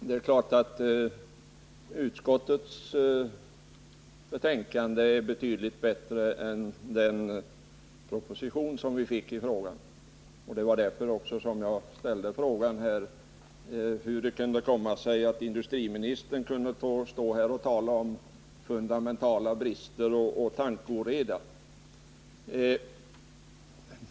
Herr talman! Självfallet är utskottsbetänkandet betydligt bättre än den proposition som vi fick i frågan. Det var också därför jag frågade hur det 89 kunde komma sig att industriministern stod här och talade om fundamentala brister och tankeoreda.